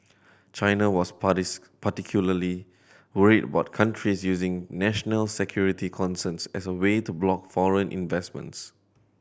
China was particularly worried about countries using national security concerns as a way to block foreign investments